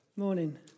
morning